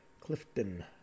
Clifton